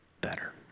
better